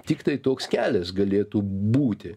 tiktai toks kelias galėtų būti